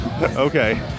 Okay